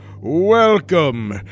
welcome